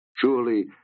Surely